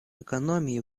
экономии